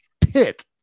pit